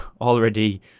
already